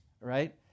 right